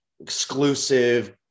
exclusive